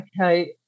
okay